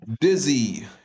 Dizzy